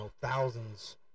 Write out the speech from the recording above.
thousands